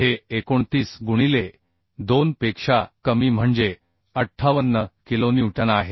हे 29 गुणिले 2 पेक्षा कमी म्हणजे 58 किलोन्यूटन आहे